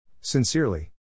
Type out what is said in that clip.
Sincerely